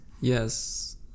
Yes